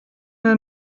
der